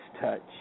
touch